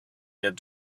get